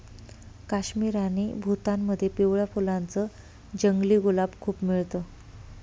काश्मीर आणि भूतानमध्ये पिवळ्या फुलांच जंगली गुलाब खूप मिळत